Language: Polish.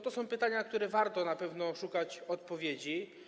To są pytania, na które warto na pewno szukać odpowiedzi.